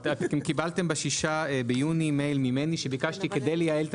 קיבלתם ב-6 ביוני מייל ממני שביקשתי כדי לייעל את